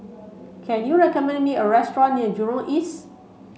can you recommend me a restaurant near Jurong East